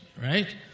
right